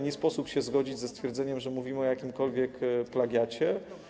Nie sposób się zgodzić ze stwierdzeniem, że mówimy o jakimkolwiek plagiacie.